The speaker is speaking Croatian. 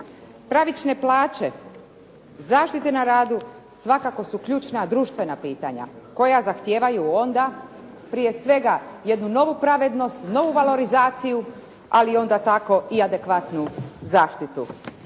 pravične plaće, zaštite na radu svakako su ključna društvena pitanja koja zahtijevaju onda prije svega jednu novu pravednost, novu valorizaciju ali onda tako i adekvatnu zaštitu.